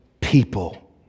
people